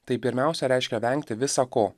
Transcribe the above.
tai pirmiausia reiškia vengti visa ko